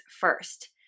first